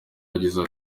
yagize